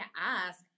ask